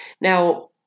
Now